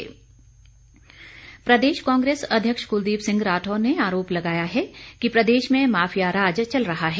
राठौर प्रदेश कांग्रेस अध्यक्ष कुलदीप सिंह राठौर ने आरोप लगाया है कि प्रदेश में माफिया राज चल रहा है